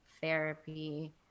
therapy